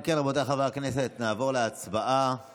אם כן, רבותיי חברי הכנסת, נעבור להצבעה על